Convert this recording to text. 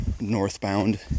northbound